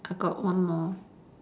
I got one more